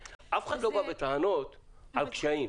אף אחד לא בא בטענות על קשיים.